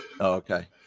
okay